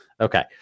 okay